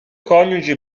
coniugi